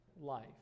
life